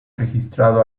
registrado